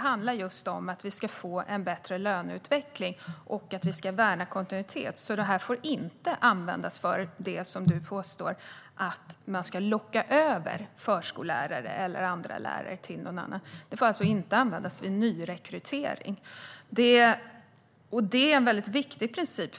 handlar om att vi ska få en bättre löneutveckling och värna kontinuitet, så detta får inte användas för det som du tar upp, att locka över förskollärare eller andra lärare. Det får alltså inte användas vid nyrekrytering. Det är en mycket viktig princip.